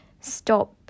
stop